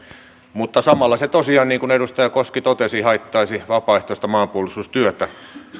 mutta samalla se tosiaan niin kuin edustaja koski totesi haittaisi vapaaehtoista maanpuolustustyötä